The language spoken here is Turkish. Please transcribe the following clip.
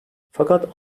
fakat